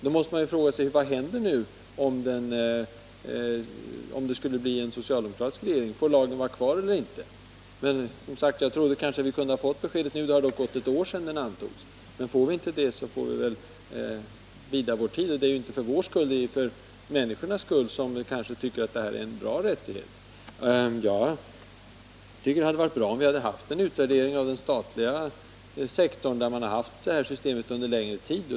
Då måste man fråga sig: Vad händer om det skulle bli en socialdemokratisk regering? Får lagen vara kvar eller inte? Jag trodde att vi skulle ha kunnat få ett besked nu — det har dock gått ett år sedan lagen antogs. Men om vi inte får ett sådant besked, får vi väl bida vår tid. Det är inte för vår skull som det är viktigt att besked ges, utan för människornas skull, de människor som tycker att detta är en bra rättighet. Jag tycker att det hade varit bra om vi hade haft en utvärdering av den statliga sektorn, där man har tillämpat detta system under lång tid.